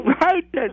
Right